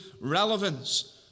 relevance